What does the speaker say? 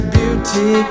beauty